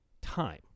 time